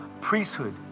priesthood